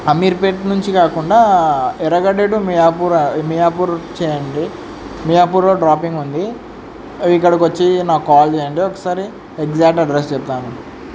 అమీర్పేట నుంచి కాకుండా ఎర్రగడ్డ టు మియాపూర్ మియాపూర్ చెయ్యండి మియాపూర్లో డ్రాపింగ్ ఉంది ఇక్కడికి వచ్చి నాకు కాల్ చెయ్యండి ఒకసారి ఎగ్జాక్ట్ అడ్రస్ చెప్తాను